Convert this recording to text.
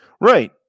Right